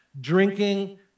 drinking